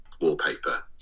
wallpaper